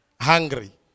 hungry